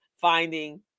finding